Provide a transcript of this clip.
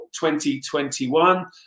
2021